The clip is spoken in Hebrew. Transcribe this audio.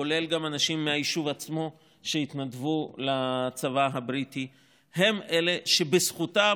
כולל גם אנשים מהיישוב עצמו שהתנדבו לצבא הבריטי הם אלה שבזכותם